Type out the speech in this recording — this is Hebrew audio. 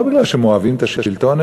לא בגלל שהם אוהבים את השלטון,